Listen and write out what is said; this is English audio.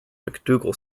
macdougall